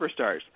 superstars